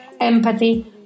empathy